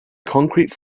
concrete